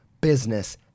business